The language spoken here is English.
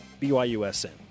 B-Y-U-S-N